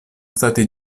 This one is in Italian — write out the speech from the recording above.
stati